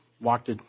walked